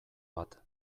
bat